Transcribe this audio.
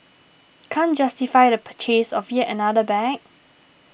can't justify the purchase of yet another bag